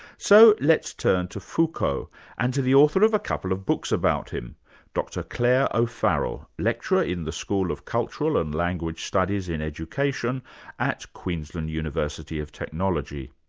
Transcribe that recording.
so let's turn to foucault and to the author of a couple of books about him dr clare o'farrell, lecturer in the school of cultural and language studies in education at queensland university of technology.